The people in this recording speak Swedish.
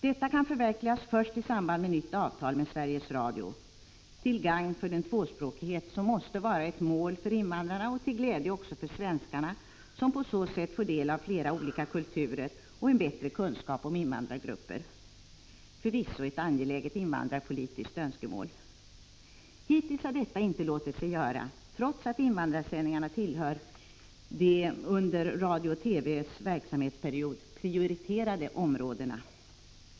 Detta kan förverkligas först i samband med nytt avtal med Sveriges Radio - till gagn för den tvåspråkighet som måste vara ett mål för invandrarna och till glädje också för svenskarna, som på så sätt får del av flera olika kulturer och en bättre kunskap om invandrargrupperna. Det är förvisso ett angeläget invandrarpolitiskt mål. Hittills har detta inte låtit sig göra, trots att invandrarsändningarna tillhör de under radio-TV:s verksamhetsperiod prioriterade områdena.